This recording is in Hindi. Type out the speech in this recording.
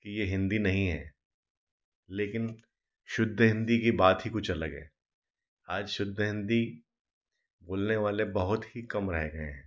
ये हिंदी नहीं है लेकिन शुद्ध हिंदी की बात हीं कुछ अलग है आज शुद्ध हिंदी बोलने वाले बहुत ही कम रह गये हैं